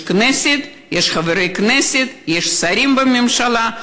יש כנסת, יש חברי כנסת, יש שרים בממשלה.